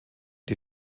die